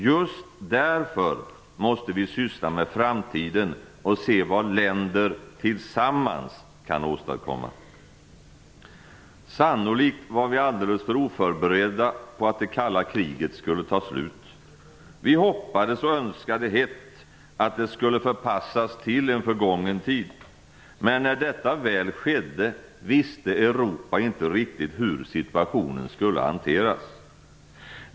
Just därför måste vi syssla med framtiden och se vad länder tillsammans kan åstadkomma. Sannolikt var vi alldeles för oförberedda på att det kalla kriget skulle ta slut. Vi hoppades och önskade hett att det skulle förpassas till en förgången tid, men när detta väl skedde visste Europa inte riktigt hur situationen skulle hanteras.